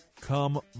come